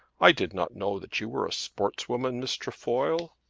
i did not know that you were a sportswoman, miss trefoil.